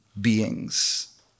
beings